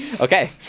Okay